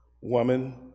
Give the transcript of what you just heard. woman